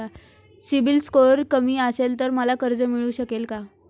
CIBIL score कमी असेल तर मला कर्ज मिळू शकेल का?